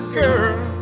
girl